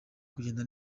kugenda